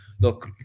look